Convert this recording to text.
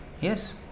Yes